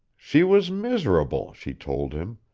she was miserable, she told him.